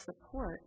support